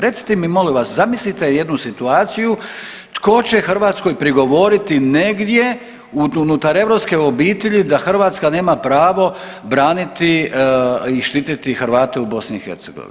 Recite mi molim vas, zamislite jednu situaciju, tko će Hrvatskoj prigovoriti negdje unutar europske obitelji da Hrvatska nema pravo braniti i štititi Hrvate u BiH?